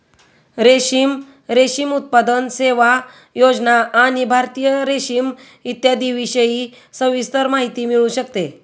रेशीम, रेशीम उत्पादन, सेवा, योजना आणि भारतीय रेशीम इत्यादींविषयी सविस्तर माहिती मिळू शकते